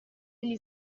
degli